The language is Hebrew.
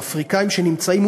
האפריקאים שנמצאים,